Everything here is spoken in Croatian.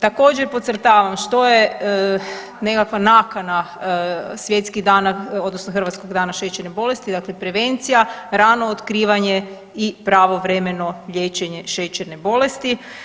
Također podcrtavam što je nekakva nakana svjetskih dana odnosno Hrvatskog dana šećerne bolesti, dakle prevencija, rano otkrivanje i pravovremeno liječenje šećerne bolesti.